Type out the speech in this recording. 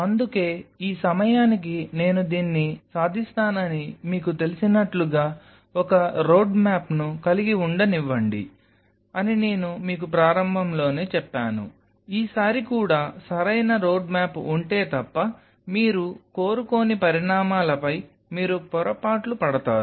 అందుకే ఈ సమయానికి నేను దీన్ని సాధిస్తానని మీకు తెలిసినట్లుగా ఒక రోడ్మ్యాప్ను కలిగి ఉండనివ్వండి అని నేను మీకు ప్రారంభంలోనే చెప్పాను ఈసారి కూడా సరైన రోడ్మ్యాప్ ఉంటే తప్ప మీరు కోరుకోని పరిణామాలపై మీరు పొరపాట్లు పడతారు